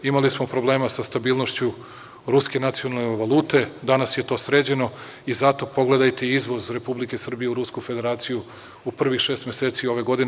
Imali smo problema sa stabilnošću ruske nacionalne valute, danas je to sređeno i zato pogledajte izvoz Republike Srbije u Rusku federaciju u prvih šest meseci ove godine.